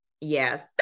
yes